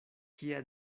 kia